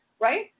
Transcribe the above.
Right